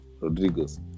Rodriguez